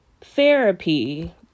therapy